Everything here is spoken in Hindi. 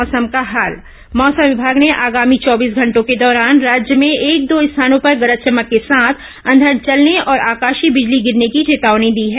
मौसम मौसम विमाग ने आगामी चौबीस घंटों के दौरान राज्य में एक दो स्थानों पर गरज चमक के साथ अंधड़ चलने और आकाशीय बिजली गिरने की चेतावनी दी है